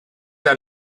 der